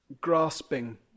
grasping